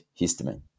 histamine